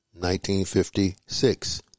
1956